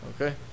Okay